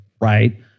right